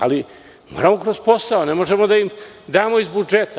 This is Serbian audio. Ali, moramo kroz posao, ne možemo da im damo iz budžeta.